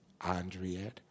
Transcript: Andriette